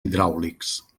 hidràulics